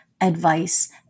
advice